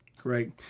Great